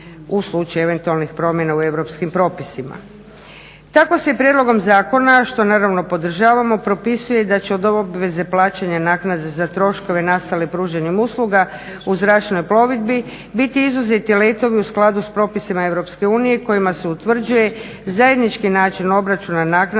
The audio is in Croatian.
u slučaju eventualnih promjena u europskim propisima. Tako se i prijedlogom zakona što naravno podržavamo propisuje da će od obveze plaćanja naknade za troškove nastale pružanjem usluga u zračnoj plovidbi biti izuzeti letovi u skladu sa propisima EU kojima se utvrđuje zajednički način obračuna naknada